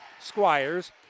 Squires